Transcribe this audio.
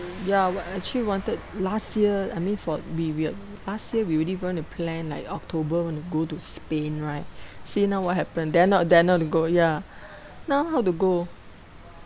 ya w~ I actually wanted last year I mean for we we a~ last year we already going to plan like october want to go to spain right see now what happened dare not dare not to go ya now how to go